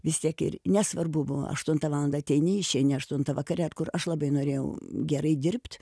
vis tiek ir nesvarbu buvo aštuntą valandą ateini išeini aštuntą vakare kur aš labai norėjau gerai dirbt